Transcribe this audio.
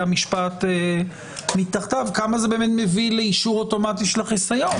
המשפט מתחתיו כמה זה באמת מביא לאישור אוטומטי של החיסיון?